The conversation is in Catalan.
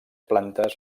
plantes